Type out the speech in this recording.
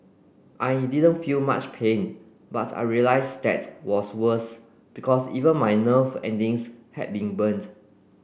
I didn't feel much pain but I realised that was worse because even my nerve endings had been burned